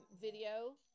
video